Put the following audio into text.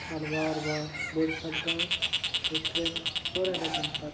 تھل وارٕ وارٕ بٔڑ سَپدان تہٕ ترٛیٚن ژورَن ریٚتَن پَتہٕ